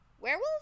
werewolf